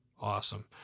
Awesome